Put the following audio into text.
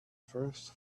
first